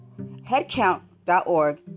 Headcount.org